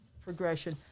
progression